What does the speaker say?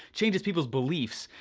changes people's beliefs.